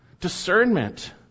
discernment